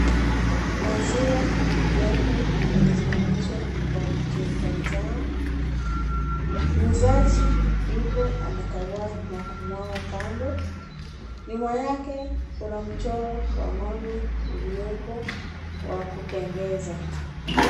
Maziwa yako yamesimamishwa kwa jerrycan zao, mzazi yuko anakagua na kumwaga kando, nyuma yake kuna mchoro wa ngombe uliopo wa kupendeza.